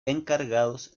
encargados